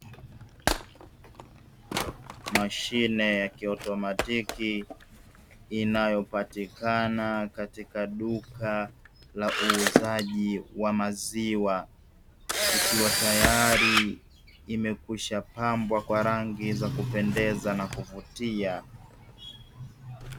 Mashine ya kiautomatiki inayopatikana katika duka la uuzaji wa maziwa, ikiwa tayari imekwishapambwa kwa rangi za kupendeza na kuvutia.